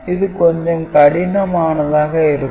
இது கொஞ்சம் கடினமானதாக இருக்கும்